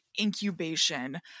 incubation